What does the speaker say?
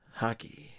hockey